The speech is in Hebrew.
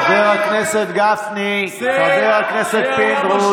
אמרתי לא, חבר הכנסת גפני, חבר הכנסת פינדרוס.